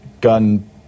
gun